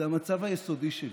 זה המצב היסודי שלי,